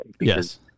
Yes